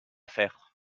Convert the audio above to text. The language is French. faire